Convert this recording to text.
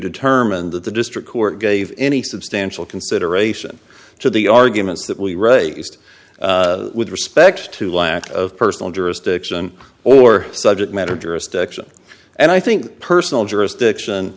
determine that the district court gave any substantial consideration to the arguments that we raised with respect to lack of personal jurisdiction or subject matter jurisdiction and i think personal jurisdiction